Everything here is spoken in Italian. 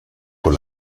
con